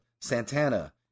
Santana